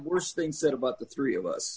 worse things said about the three of us